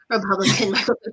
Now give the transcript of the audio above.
Republican